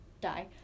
die